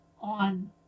on